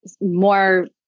more